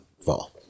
fall